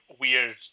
weird